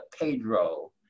Pedro